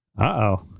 Uh-oh